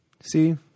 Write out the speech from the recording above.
see